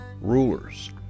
rulers